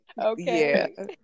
okay